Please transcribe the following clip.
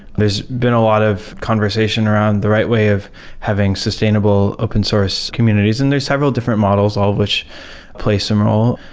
there's been a lot of conversation around the right way of having sustainable open source communities, and there are several different models all which play some role.